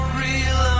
real